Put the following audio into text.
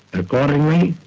accordingly,